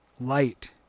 light